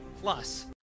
Plus